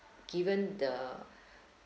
given the